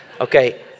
Okay